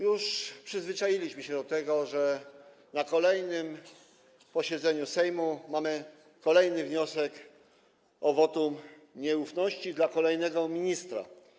Już przyzwyczailiśmy się do tego, że na kolejnym posiedzeniu Sejmu mamy kolejny wniosek o wotum nieufności wobec kolejnego ministra.